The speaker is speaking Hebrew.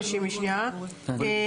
תודה.